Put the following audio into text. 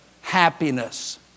happiness